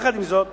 יחד עם זאת,